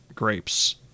grapes